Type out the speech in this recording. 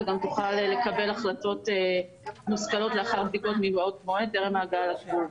וגם תוכל לקבל החלטות מושכלות לאחר בדיקות מבעוד מועד טרם ההגעה לגבול.